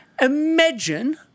Imagine